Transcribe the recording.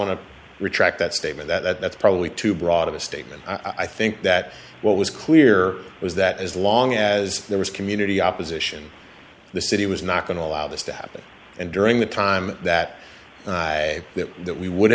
to retract that statement that's probably too broad of a statement i think that what was clear was that as long as there was community opposition the city was not going to allow this to happen and during the time that that that we would